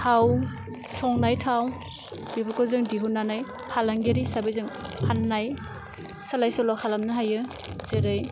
थाव संनाय थाव बेफोरखौ जों दिहुन्नानै फालांगियारि हिसाबै जों फान्नाय सोलाय सोल' खालामनाे हायो जेरै